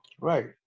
Right